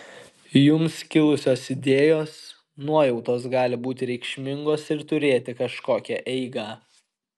jums kilusios idėjos nuojautos gali būti reikšmingos ir turėti kažkokią eigą